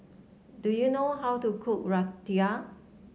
do you know how to cook Raita